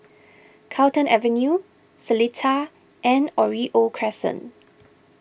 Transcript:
Carlton Avenue Seletar and Oriole Crescent